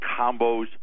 combos